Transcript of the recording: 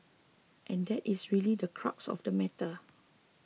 and that is really the crux of the matter